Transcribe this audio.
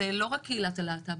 זה לא רק קהילת הלהט"ב,